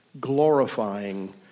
glorifying